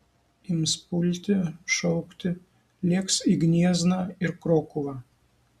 ims pulti šaukti lėks į gniezną ir krokuvą